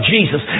Jesus